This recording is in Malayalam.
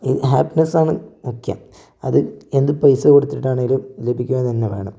ഹാപ്പിനെസ്സാണ് മുഖ്യം അത് എന്ത് പൈസ കൊടുത്തിട്ടാണെങ്കിലും ലഭിക്കുക തന്നെ വേണം